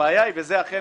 וזה אכן